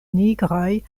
nigraj